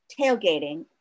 tailgating